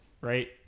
right